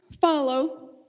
follow